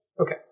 Okay